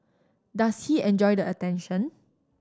does he enjoy the attention